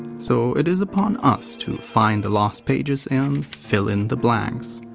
so it is upon us to find the lost pages and. fill in the blanks.